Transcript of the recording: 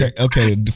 Okay